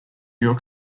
york